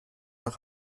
nach